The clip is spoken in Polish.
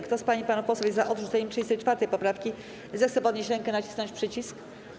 Kto z pań i panów posłów jest za odrzuceniem 34. poprawki, zechce podnieść rękę i nacisnąć przycisk.